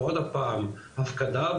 ועוד הפעם הפקדה,